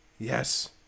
yes